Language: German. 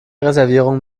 reservierungen